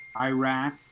Iraq